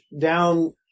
down